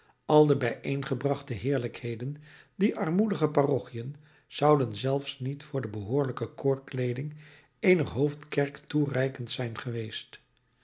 al de bijeengebrachte heerlijkheden dier armoedige parochiën zouden zelfs niet voor de behoorlijke koorkleeding eener hoofdkerk toereikend zijn geweest